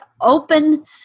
open